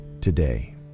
today